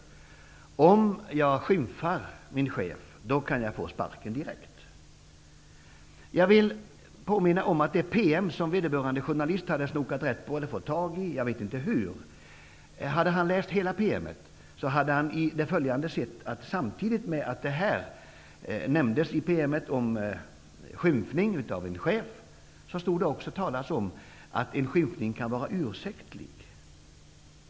Om jag skymfar min chef, kan jag få sparken direkt. Jag vill påminna om att om journalisten hade läst hela den PM som han hade snokat rätt på eller fått tag i, jag vet inte hur, så hade han i det följande sett att samtidigt med vad som nämndes om skymfning av en chef stod det också att en skymfning kan vara ursäktlig.